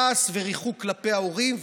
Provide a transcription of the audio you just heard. כעס וריחוק כלפי ההורים",